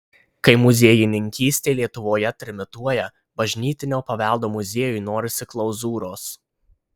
kai muziejininkystė lietuvoje trimituoja bažnytinio paveldo muziejui norisi klauzūros